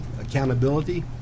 accountability